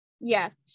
Yes